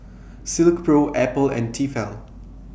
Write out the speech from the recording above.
Silkpro Apple and Tefal